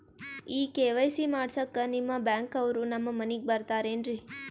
ಈ ಕೆ.ವೈ.ಸಿ ಮಾಡಸಕ್ಕ ನಿಮ ಬ್ಯಾಂಕ ಅವ್ರು ನಮ್ ಮನಿಗ ಬರತಾರೆನ್ರಿ?